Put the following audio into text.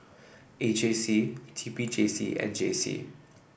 A J C T P J C and J C